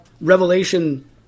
revelation